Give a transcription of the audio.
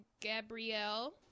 Gabrielle